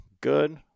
good